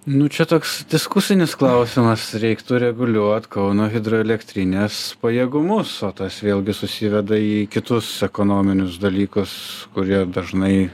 nu čia toks diskusinis klausimas reiktų reguliuot kauno hidroelektrinės pajėgumus o tas vėlgi susiveda į kitus ekonominius dalykus kurie dažnai